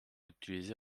utilisée